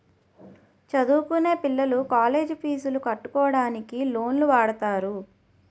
చదువుకొనే పిల్లలు కాలేజ్ పీజులు కట్టుకోవడానికి లోన్లు వాడుతారు